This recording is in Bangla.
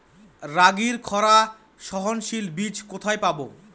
রাগির খরা সহনশীল বীজ কোথায় পাবো?